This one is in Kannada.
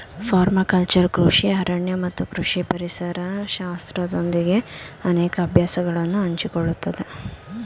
ಪರ್ಮಾಕಲ್ಚರ್ ಕೃಷಿ ಅರಣ್ಯ ಮತ್ತು ಕೃಷಿ ಪರಿಸರ ಶಾಸ್ತ್ರದೊಂದಿಗೆ ಅನೇಕ ಅಭ್ಯಾಸಗಳನ್ನು ಹಂಚಿಕೊಳ್ಳುತ್ತದೆ